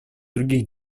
других